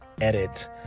edit